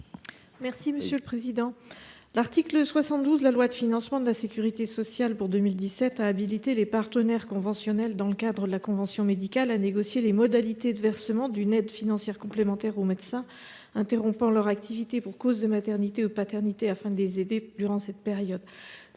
Mme Sylvie Vermeillet. L’article 72 de la loi de financement de la sécurité sociale pour 2017 a habilité les partenaires conventionnels, dans le cadre de la convention médicale, à négocier les modalités et le versement d’une aide financière complémentaire aux médecins interrompant leur activité pour cause de maternité ou de paternité, afin de les aider durant cette période.